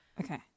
Okay